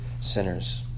sinners